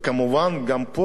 גם פה כביכול,